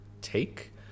take